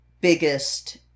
biggest